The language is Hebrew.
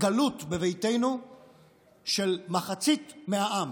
גלות בביתנו של מחצית מהעם.